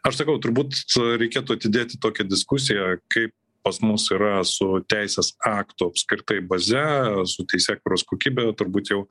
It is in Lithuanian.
aš sakau turbūt reikėtų atidėti tokią diskusiją kaip pas mus yra su teisės aktų apskritai baze su teisėkūros kokybe turbūt jau